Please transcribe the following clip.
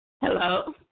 Hello